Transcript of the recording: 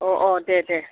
अ' अ' दे दे